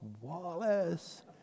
Wallace